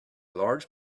large